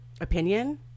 opinion